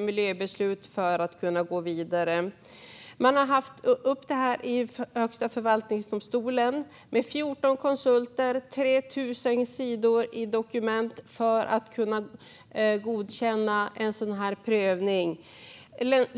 miljöbeslut för att man ska kunna gå vidare. Det här har varit uppe i Högsta förvaltningsdomstolen, och det har krävts 14 konsulter och 3 000 sidor långa dokument för att en sådan prövning ska kunna godkännas.